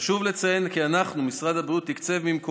חשוב לציין כי משרד הבריאות תקצב את הפרויקט